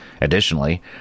Additionally